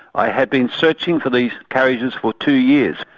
i had been searching for these carriages for two years,